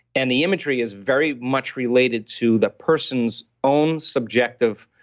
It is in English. and the imagery is very much related to the person's own subjective